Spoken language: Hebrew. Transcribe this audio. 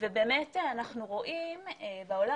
ובאמת אנחנו רואים בעולם